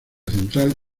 central